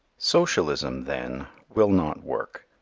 socialism, then, will not work,